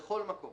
בכל מקום,